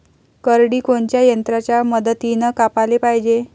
करडी कोनच्या यंत्राच्या मदतीनं कापाले पायजे?